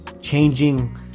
changing